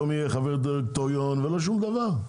לא מי יהיה חבר דירקטוריון ולא שום דבר,